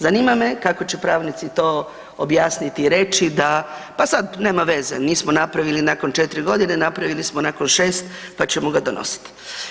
Zanima me kako će pravnici to objasniti i reći da, pa sad nema veze nismo napravili nakon 4 godine, napravili smo nakon 6 pa ćemo ga donositi.